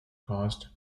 caused